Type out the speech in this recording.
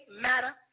matter